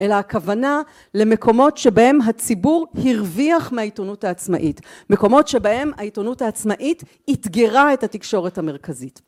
אלא הכוונה למקומות שבהם הציבור הרוויח מהעיתונות העצמאית, מקומות שבהם העיתונות העצמאית איתגרה את התקשורת המרכזית